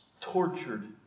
tortured